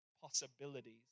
possibilities